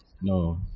No